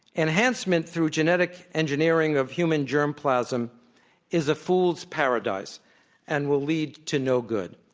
enhancement through genetic engineering of human germ plasm is a fool's paradise and will lead to no good.